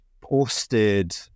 posted